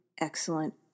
excellent